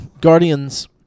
Guardians